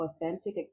authentic